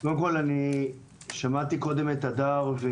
שמעתי קודם את הדר.